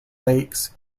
lakes